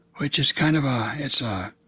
which is kind of a it's a